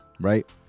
Right